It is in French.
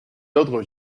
d’ordre